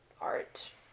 art